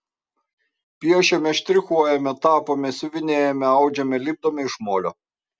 piešiame štrichuojame tapome siuvinėjame audžiame lipdome iš molio